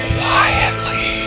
Quietly